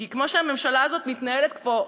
כי כמו שהממשלה הזו מתנהלת פה,